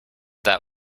that